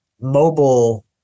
mobile